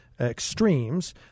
extremes